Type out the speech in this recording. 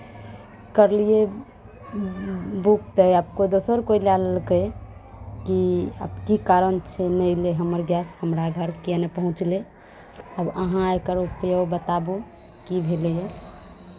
करलियै बुक तऽ आब कोइ दोसर कोइ लए लेलकै की आब की कारणसँ नहि एलै हमर गैस हमरा घरके किएक ने पहुँचलै आब अहाँ एकर उपयोग बताबू की भेलैए